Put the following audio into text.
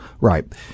Right